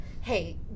hey